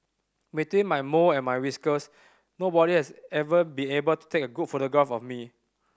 between my mole and my whiskers nobody has ever be able to take a good photograph of me